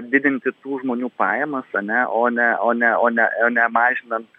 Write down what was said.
didinti tų žmonių pajamas ane o ne o ne o ne o ne mažinant